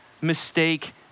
mistake